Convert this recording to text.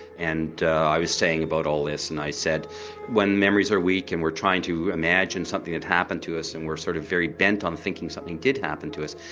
and i was saying about all this and i said when memories are weak and we're trying to imagine something that happened to us and we're sort of very bent on thinking something did happen to us,